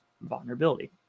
vulnerability